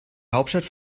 hauptstadt